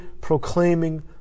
proclaiming